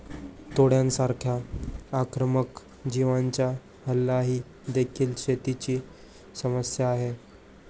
टोळांसारख्या आक्रमक जीवांचा हल्ला ही देखील शेतीची समस्या आहे